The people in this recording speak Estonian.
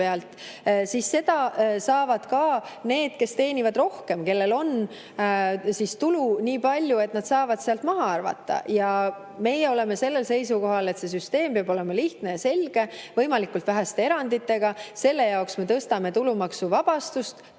lapse pealt, saavad ka need, kes teenivad rohkem, kellel on tulu nii palju, et nad saavad sealt maha arvata. Meie oleme sellel seisukohal, et see süsteem peab olema lihtne ja selge ning võimalikult väheste eranditega. Selle jaoks me tõstame tulumaksuvabastust